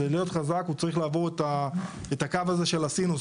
כדי להיות חזק הוא צריך לעבור את הקו הזה של הסינוס.